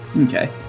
okay